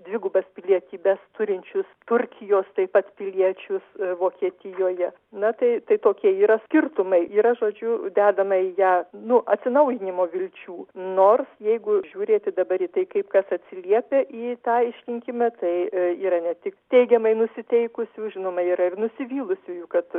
dvigubas pilietybes turinčius turkijos taip pat piliečius vokietijoje na tai tai tokie yra skirtumai yra žodžiu dedama į ją nu atsinaujinimo vilčių nors jeigu žiūrėti dabar į tai kaip kas atsiliepia į tą išrinkimą tai yra ne tik teigiamai nusiteikusių žinoma yra ir nusivylusiųjų kad